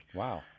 wow